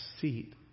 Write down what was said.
seat